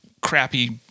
crappy